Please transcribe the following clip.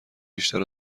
بیشتر